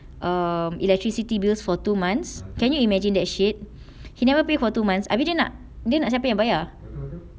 um electricity bills for two months can you imagine that shit he never pay for two months habis dia nak dia nak siapa yang bayar